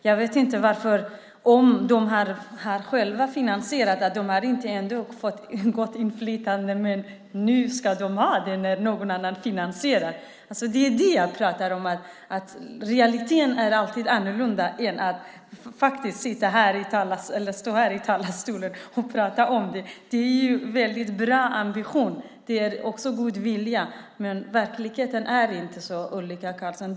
När de själva har finansierat det har de inte fått gott inflytande, men nu ska de ha det när någon annan finansierar det. Det är det som jag pratar om. I verkligheten är det alltid annorlunda än att stå här i talarstolen och prata om det. Det är en bra ambition. Det finns också en god vilja. Men verkligheten är inte så, Ulrika Carlsson.